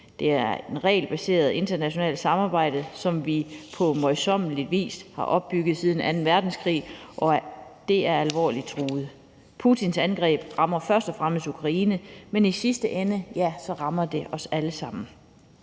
Det er et regelbaseret internationalt samarbejde, som vi på møjsommelig vis har opbygget siden anden verdenskrig, og det er alvorligt truet. Putins angreb rammer først og fremmest Ukraine, men i sidste ende, ja, så rammer det os alle sammen.